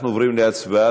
אנחנו עוברים להצבעה,